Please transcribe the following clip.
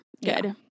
Good